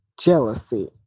jealousy